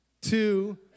two